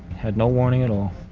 had no warning at all.